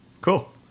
Cool